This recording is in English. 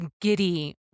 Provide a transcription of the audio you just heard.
giddy